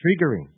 triggering